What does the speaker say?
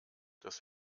das